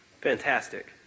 fantastic